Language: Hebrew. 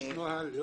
יש נוהל?